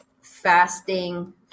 fasting